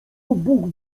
bóg